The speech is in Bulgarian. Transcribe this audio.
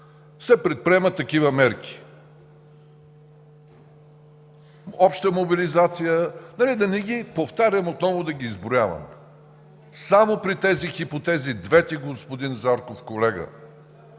се предприемат такива мерки“ – обща мобилизация, да не ги повтарям, отново да ги изброявам. Само при тези две хипотези, господин Зарков, колега!